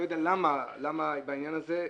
למה בעניין הזה,